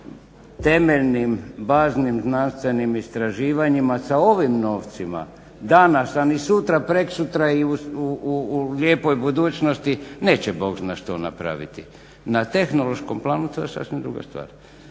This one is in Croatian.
temeljnim, važnim znanstvenim istraživanjima sa ovim novcima, danas, a ni sutra, preksutra i u lijepoj budućnosti neće bog zna što napraviti. Na tehnološkom planu to je sasvim druga stvar,